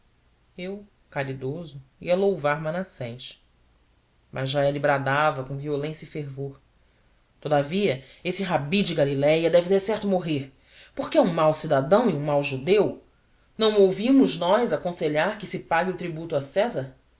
eu caridoso ia louvar manassés mas já ele bradava com violência e fervor todavia esse rabi de galiléia deve decerto morrer porque é um mau cidadão e um mau judeu não o ouvimos nós aconselhar que se pague o tributo a césar